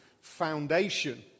foundation